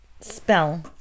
spell